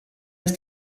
dass